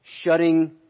Shutting